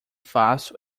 faço